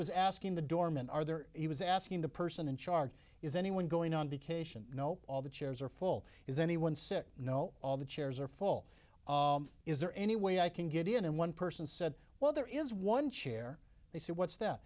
was asking the doormen are there he was asking the person in charge is anyone going on vacation you know all the chairs are full is anyone six know all the chairs are fall is there any way i can get in and one person said well there is one chair they said what's that